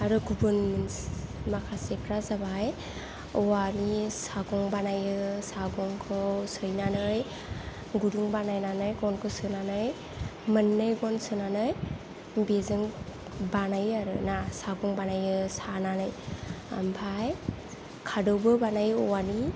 आरो गुबुन मोनसे माखासेफ्रा जाबाय औवानि सागं बानायो सागंखौ सैनानै गुदुं बानायनानै गनखौ सैनानै मोननै गन सोनानै बेजों बानायो आरोना सागं बानायो सानानै ओमफ्राय खादौबो बानायो औवानि